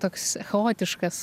toks chaotiškas